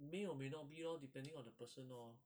may or may not be lor depending on the person lor